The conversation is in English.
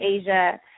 Asia